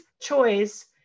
choice